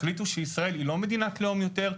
תחליטו שישראל היא לא מדינת לאום יותר,